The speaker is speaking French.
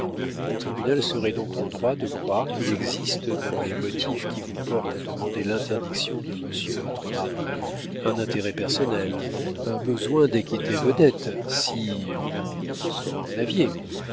le tribunal serait donc en droit de croire qu'il existe dans les motifs qui vous portent à demander l'interdiction de monsieur votre mari un intérêt personnel un besoin d'acquitter vos dettes si vous